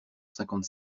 cinquante